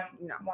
No